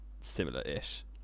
similar-ish